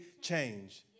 change